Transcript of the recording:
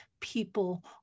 people